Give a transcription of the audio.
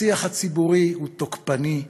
השיח הציבורי הוא תוקפני,